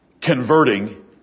converting